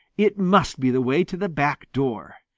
it must be the way to the back door.